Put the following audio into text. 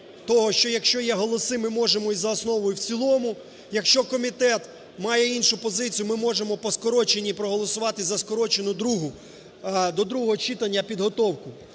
того, що якщо є голоси, ми можемо і за основу, і в цілому. Якщо комітет має іншу позицію, ми можемо по скороченій проголосувати за скорочену другу – до другого читання підготовку.